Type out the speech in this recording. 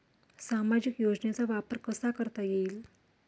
सामाजिक योजनेचा वापर कसा करता येईल?